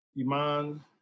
Iman